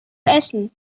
essen